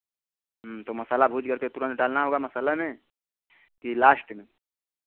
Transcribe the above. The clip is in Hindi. तो मसाला भूज गया तो यह तुरंत डालना होगा मसाला में कि लास्ट में